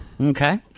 Okay